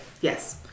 Yes